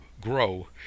grow